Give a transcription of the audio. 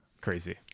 Crazy